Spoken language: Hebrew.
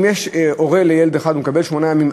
הורה לילד אחד מקבל שמונה ימים,